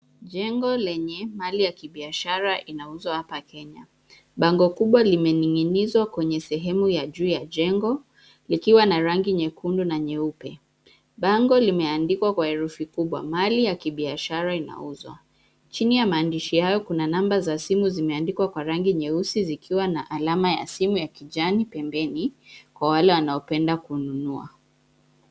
Jengo lenye mali ya kibiashara inauzwa hapa Kenya. Bango kubwa limening'inizwa kwenye sehemu ya juu ya jengo likiwa na rangi nyekundu na nyeupe. Bango limeandikwa kwa herufi kubwa, mali ya kibiashara inauzwa. Chini ya maandishi hayo kuna namba za simu zimeandikwa kwa rangi nyeusi zikiwa na alama ya simu ya kijani pembeni kwa wale wanaopenda kununua.